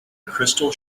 crystal